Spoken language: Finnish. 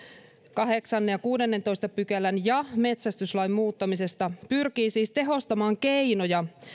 kahdeksannen ja kuudennentoista pykälän ja metsästyslain muuttamisesta pyrkii siis tehostamaan keinoja